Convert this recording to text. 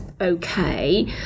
okay